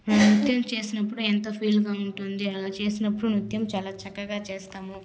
నాట్యం చేసేటప్పుడు ఎంతో ఫీలుగా ఉంటుంది అలా చేసినప్పుడు నృత్యం చాలా చక్కగా చేస్తాము